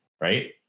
Right